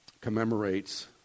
commemorates